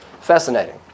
Fascinating